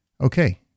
Okay